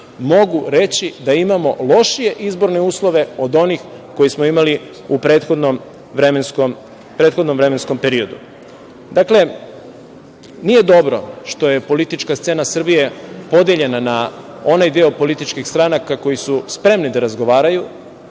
mogu reći da imamo lošije izborne uslove od onih koje smo imali u prethodnom vremenskom periodu. Dakle, nije dobro što je politička scena Srbije podeljena na onaj deo političkih stranaka koji su spremne da razgovaraju,